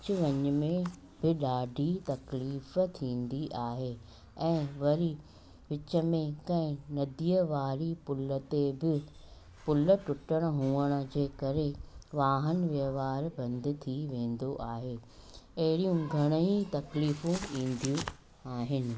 अच वञ में बि ॾाढी तकलीफ़ थींदी आहे ऐं वरी विच में कंहिं नदी वारी पुल ते बि पुल टुटण हुअण जे करे वाहन व्यवहार बंदि थी वेंदो आहे अहिड़ियूं घणेईं तकलीफूं ईंदियू आहिनि